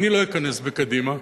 אני לא אכנס בקדימה,